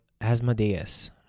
Asmodeus